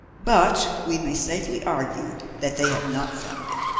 but we may safely argue that they have not found it,